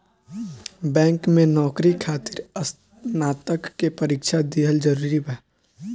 Bank में नौकरी खातिर स्नातक के परीक्षा दिहल जरूरी बा?